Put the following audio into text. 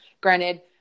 Granted